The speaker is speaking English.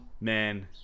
Man